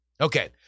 Okay